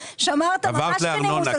שמרת על זכות הדיבור שלי.